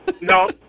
No